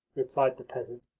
replied the peasant.